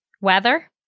Weather